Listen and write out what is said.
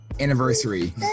Anniversary